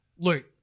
Luke